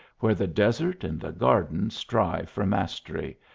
where the desert and the garden strive for mastery,